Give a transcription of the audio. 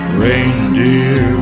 reindeer